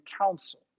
council